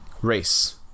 Race